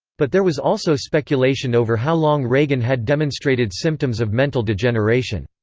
but there was also speculation over how long reagan had demonstrated symptoms of mental degeneration.